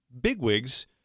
bigwigs